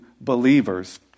believers